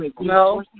no